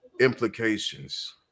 implications